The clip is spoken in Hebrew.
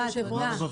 הישיבה ננעלה בשעה